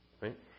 right